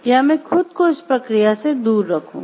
या मैं खुद को इस प्रक्रिया से दूर रखूं